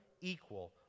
equal